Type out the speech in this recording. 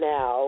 Now